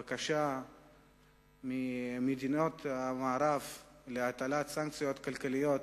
של בקשה ממדינות המערב להטיל סנקציות כלכליות,